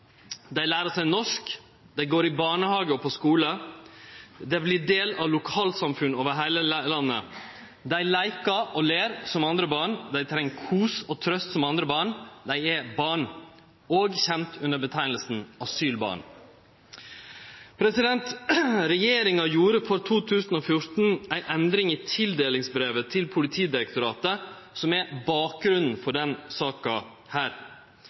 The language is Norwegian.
Dei lærer seg norsk. Dei går i barnehage og på skule. Dei vert ein del av lokalsamfunn over heile landet. Dei leikar og ler som andre barn. Dei treng kos og trøyst som andre barn. Dei er barn, også kjente under nemninga «asylbarn». Regjeringa gjorde for 2014 ei endring i tildelingsbrevet til Politidirektoratet, noko som er bakgrunnen for denne saka.